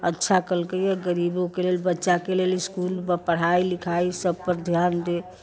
अच्छा केलकैए गरीबोके लेल बच्चाके लेल इस्कुलमे पढ़ाइ लिखाइ सभपर ध्यान दे